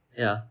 ya